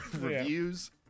reviews